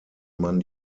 man